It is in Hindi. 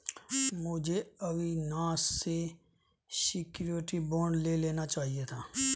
मुझे अविनाश से श्योरिटी बॉन्ड ले लेना चाहिए था